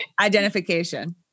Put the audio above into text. identification